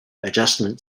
adjustment